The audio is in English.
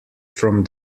from